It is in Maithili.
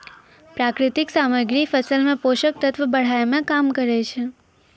प्राकृतिक सामग्री फसल मे पोषक तत्व बढ़ाय में काम करै छै